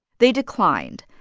they declined.